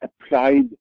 applied